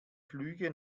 flüge